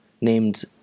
named